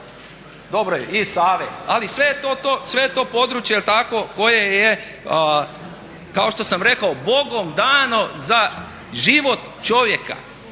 Dobro je, i Save. Ali sve je to područje je li tako koje je kao što sam rekao Bogom dano za život čovjeka.